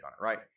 right